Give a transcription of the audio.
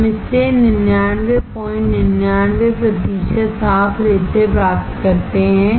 हम इसे 9999 साफ रेत से प्राप्त करते हैं